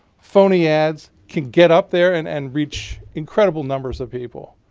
phony ads, can get up there and and reach incredible numbers of people.